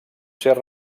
ser